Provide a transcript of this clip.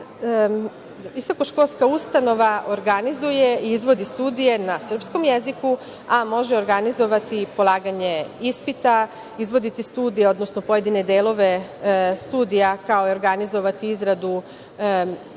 visokoškolska ustanova organizuje i izvodi studije na srpskom jeziku, a može organizovati polaganje ispita, izvoditi studije, odnosno pojedine delove studija kao i organizovati izradu